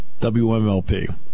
WMLP